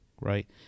Right